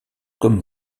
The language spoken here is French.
comme